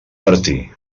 martí